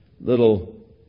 little